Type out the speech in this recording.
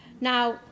Now